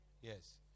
Yes